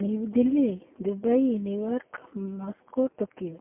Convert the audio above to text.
new Delhi Dubai New York Moscow Tokyo